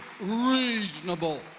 reasonable